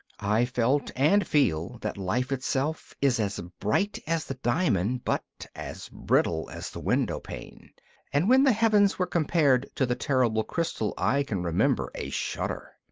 i felt and feel that life itself is as bright as the diamond, but as brittle as the window-pane and when the heavens were compared to the terrible crystal i can remember a shudder.